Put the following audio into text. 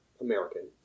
American